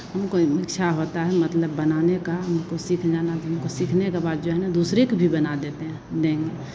हमको इच्छा होता है मतलब बनाने का हमको सीख लेना तो हमको सीखने बाद जो है ना दूसरे के भी बना देते हैं देंगे